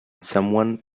someone